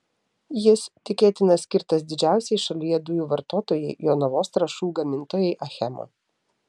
jis tikėtina skirtas didžiausiai šalyje dujų vartotojai jonavos trąšų gamintojai achema